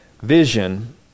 vision